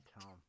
Tom